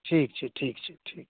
ठीक छै ठीक छै ठीक